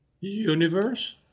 universe